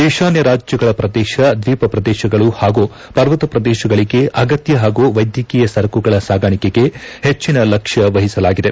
ಈತಾನ್ಚ ರಾಜ್ಯಗಳ ಪ್ರದೇಶ ದ್ವೀಪ ಪ್ರದೇಶಗಳು ಹಾಗೂ ಪರ್ವತ ಪ್ರದೇಶಗಳಿಗೆ ಅಗತ್ತ ಹಾಗೂ ವೈದ್ಯಕೀಯ ಸರಕುಗಳ ಸಾಗಾಣಿಕೆಗೆ ಹೆಜ್ಜಿನ ಲಕ್ಷ್ಯ ವಹಿಸಲಾಗಿದೆ